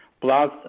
plus